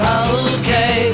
okay